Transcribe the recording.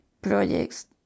projects